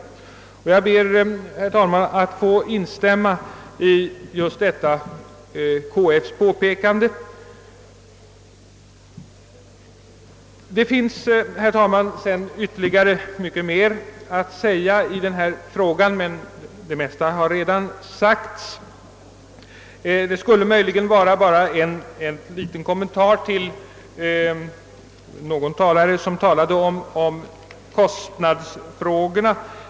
Jag ber, herr talman, att få instämma i detta KF:s påpekande. Någon talare nämnde kostnadsfrågorna.